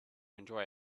enjoy